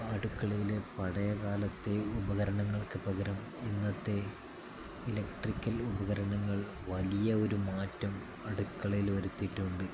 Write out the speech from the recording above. അടുക്കളയിലെ പഴയകാലത്തെ ഉപകരണങ്ങൾക്ക് പകരം ഇന്നത്തെ ഇലക്ട്രിക്കൽ ഉപകരണങ്ങൾ വലിയ ഒരു മാറ്റം അടുക്കളയിൽ വരുത്തിയിട്ടുണ്ട്